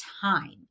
time